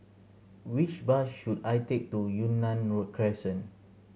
which bus should I take to Yunnan Road Crescent